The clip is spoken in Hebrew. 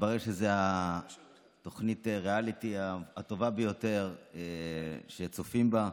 מתברר שזו תוכנית הריאליטי הטובה ביותר שצופים בה.